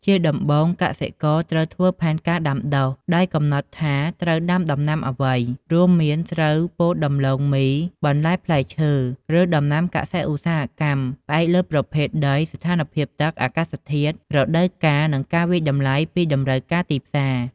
ជាដំបូងកសិករត្រូវធ្វើផែនការដាំដុះ ដោយកំណត់ថាត្រូវដាំដំណាំអ្វី រួមមាន ស្រូវ ពោត ដំឡូងមី បន្លែ ផ្លែឈើ ឬដំណាំកសិឧស្សាហកម្ម ផ្អែកលើប្រភេទដី ស្ថានភាពទឹក អាកាសធាតុ រដូវកាល និងការវាយតម្លៃពីតម្រូវការទីផ្សារ។